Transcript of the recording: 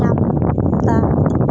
ᱧᱟᱢ ᱮᱫᱟ